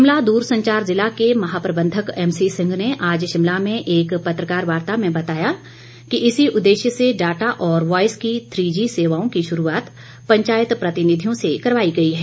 शिमला दूरसंचार जिला के महाप्रबंधक एमसीसिंह ने आज शिमला में एक पत्रकार वार्ता में बताया कि इसी उददेश्य से डाटा और वायस की थ्री जी सेवाओं की शुरूआत पंचायत प्रतिनिधियों से करवाई गई है